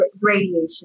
radiation